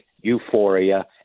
euphoria